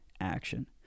action